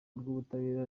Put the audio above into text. rw’ubutabera